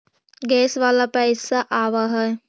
Gas वाला पैसा आव है?